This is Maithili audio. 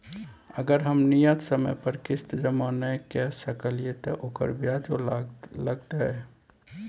अगर हम नियत समय पर किस्त जमा नय के सकलिए त ओकर ब्याजो लगतै?